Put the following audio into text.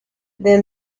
then